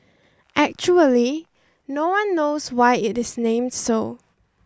actually no one knows why it is named so